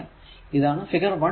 ഇതാണ് ഫിഗർ 1